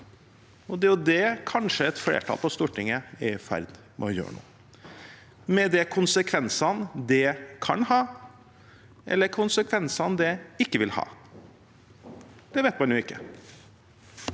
det er kanskje det et flertall på Stortinget er i ferd med å gjøre nå – med de konsekvensene det kan ha, eller konsekvensene det ikke vil ha. Det vet man jo ikke.